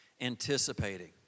Anticipating